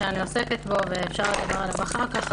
שאני עוסקת בו ואפשר לדבר עליו אחר כך.